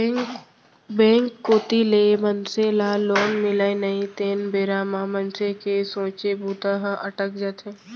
bank कोती ले मनसे ल लोन मिलय नई तेन बेरा म मनसे के सोचे बूता ह अटक जाथे